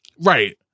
Right